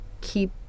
keep